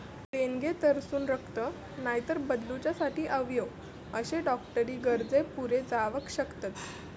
देणगेतसून रक्त, नायतर बदलूच्यासाठी अवयव अशे डॉक्टरी गरजे पुरे जावक शकतत